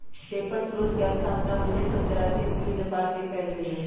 paper स्रोतके स्थापना उनइस सौ तेरासी इस्बी में जापान मे कएल गेल रहइ